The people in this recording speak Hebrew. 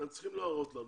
אתם צריכים להראות לנו